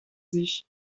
sich